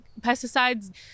pesticides